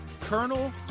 Colonel